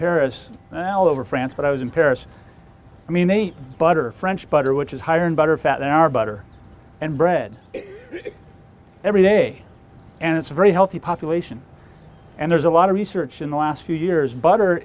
all over france but i was in paris i mean they butter french butter which is higher in butterfat than our butter and bread every day and it's a very healthy population and there's a lot of research in the last few years butter